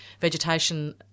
vegetation